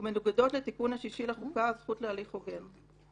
ומנוגדות לתיקון השישי לחוקה הזכות להליך הוגן.